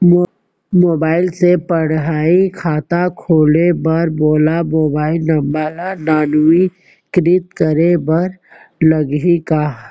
Mobile से पड़ही खाता खोले बर मोला मोबाइल नंबर ल नवीनीकृत करे बर लागही का?